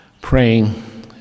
praying